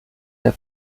der